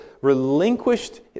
relinquished